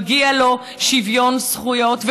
מגיע לו שוויון זכויות,